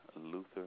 Luther